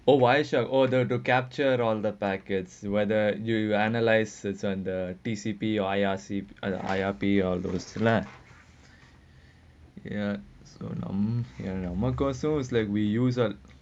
oh why shall oh to capture on the packets you whether you you analyse and the T_C_P_R_C and I_R_P all those lah ya so um ya normal goes so it's like we use ah